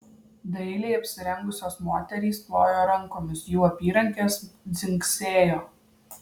dailiai apsirengusios moterys plojo rankomis jų apyrankės dzingsėjo